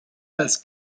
als